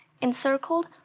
encircled